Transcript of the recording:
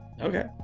Okay